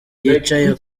yicaye